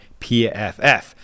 PFF